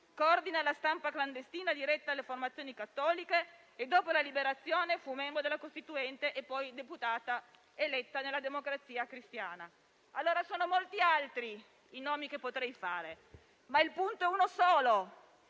coordina la stampa clandestina diretta alle formazioni cattoliche e, dopo la liberazione, è membro della Costituente e poi deputata eletta nella Democrazia Cristiana. Sono molti altri i nomi che potrei fare, ma il punto è uno solo.